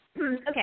Okay